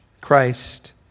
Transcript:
Christ